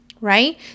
right